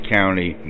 County